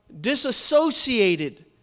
disassociated